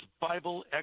Bible